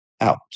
out